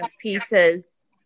pieces